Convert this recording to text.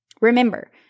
Remember